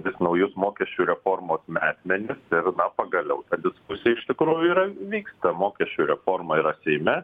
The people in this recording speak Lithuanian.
vis naujus mokesčių reformos metmenis ir na pagaliau diskusija iš tikrųjų yra vyksta mokesčių reforma yra seime